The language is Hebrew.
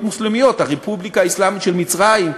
מוסלמיות: הרפובליקה האסלאמית של מצרים,